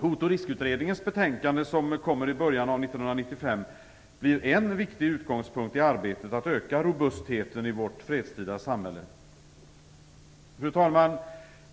Hot och riskutredningens betänkande, som kommer i början av 1995, blir en viktig utgångspunkt i arbetet för att öka robustheten i vårt fredstida samhälle. Fru talman!